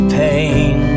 pain